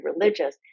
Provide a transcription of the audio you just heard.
religious